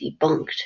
debunked